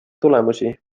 tulemusi